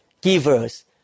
givers